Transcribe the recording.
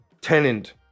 Tenant